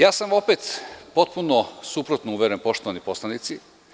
Ja sam opet potpuno suprotno uveren poštovani poslanici.